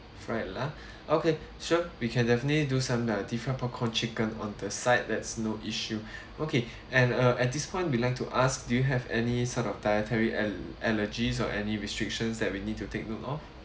fried lah okay sure we can definitely do some like different popcorn chicken on the side that's no issue okay and uh at this point we like to ask do you have any sort of dietary al~ allergies or any restrictions that we need to take note of